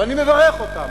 ואני מברך אותם.